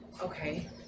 Okay